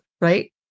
right